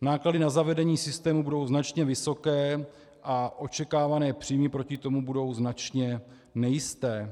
Náklady na zavedení systému budou značně vysoké a očekávané příjmy proti tomu budou značně nejisté.